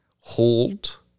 hold